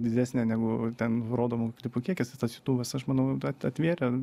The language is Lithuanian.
didesnė negu ten rodomų klipų kiekis tai tas jutubas aš manau at atvėrė